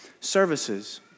services